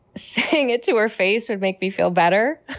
saying it to her face would make me feel better,